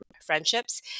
friendships